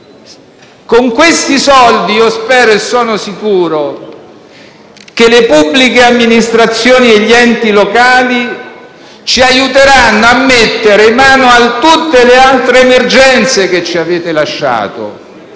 Con quei soldi spero e sono sicuro che le pubbliche amministrazioni e gli enti locali ci aiuteranno a mettere mano a tutte le altre emergenze che ci avete lasciato.